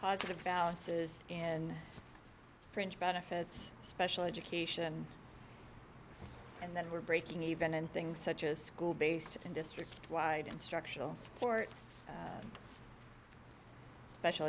positive balances and fringe benefits special education and that we're breaking even in things such as school based and district wide instructional support special